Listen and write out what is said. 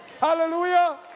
Hallelujah